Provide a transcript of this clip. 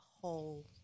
whole